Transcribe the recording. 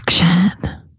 Action